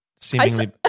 seemingly